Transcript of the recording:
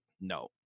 no